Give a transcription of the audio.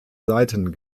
seiten